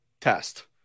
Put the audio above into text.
test